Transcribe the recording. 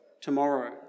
tomorrow